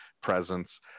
presence